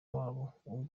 ubwoba